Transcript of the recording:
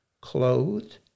clothed